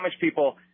people